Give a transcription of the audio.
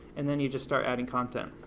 and then you just start adding content.